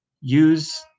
Use